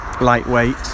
lightweight